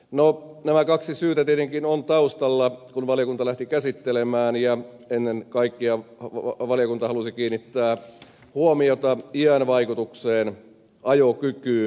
nämä kaksi syytä tietenkin ovat taustalla kun valiokunta lähti käsittelemään tätä ja ennen kaikkea valiokunta halusi kiinnittää huomiota iän vaikutukseen ajokykyyn